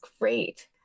great